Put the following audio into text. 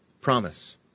promise